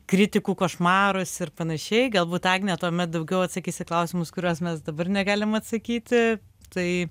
kritikų košmarus ir panašiai galbūt agnė tuomet daugiau atsakys į klausimus į kuriuos mes dabar negalim atsakyti tai